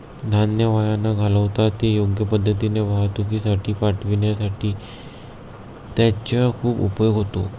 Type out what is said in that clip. धान्य वाया न घालवता ते योग्य पद्धतीने वाहतुकीसाठी पाठविण्यासाठी त्याचा खूप उपयोग होतो